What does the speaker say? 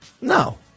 No